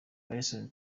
bryson